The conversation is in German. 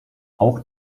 auch